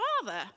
Father